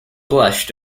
blushed